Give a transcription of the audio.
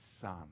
son